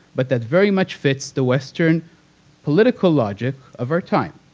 but that very much fits the western political logic of our time.